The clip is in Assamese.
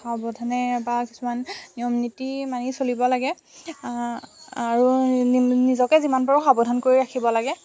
সাৱধানে বা কিছুমান নিয়ম নীতি মানি চলিব লাগে আৰু নি নিজকে যিমান পাৰো সাৱধানকে ৰাখিব লাগে